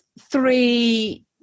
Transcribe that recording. three